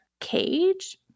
cage